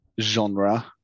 Genre